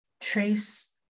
trace